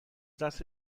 دست